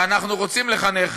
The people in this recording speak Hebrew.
ואנחנו רוצים לחנך